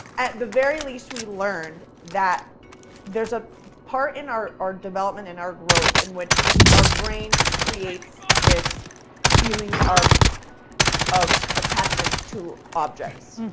at the very least we learned that there's a part in our our development, in our growth, in which our brain creates this feeling of of attachment to objects.